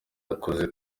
yakoze